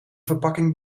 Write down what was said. verpakking